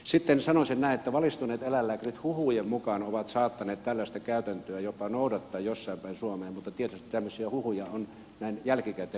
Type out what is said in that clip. sitten sanoisin näin että valistuneet eläinlääkärit huhujen mukaan ovat saattaneet tällaista käytäntöä jopa noudattaa jossain päin suomea mutta tietysti tämmöisiä huhuja on näin jälkikäteen vaikea todentaa